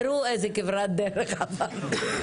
תראו איזו כברת דרך עברתם.